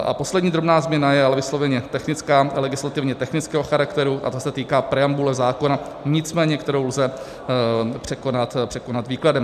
A poslední drobná změna, je ale vysloveně technická, legislativně technického charakteru, a ta se týká preambule zákona, nicméně kterou lze překonat výkladem.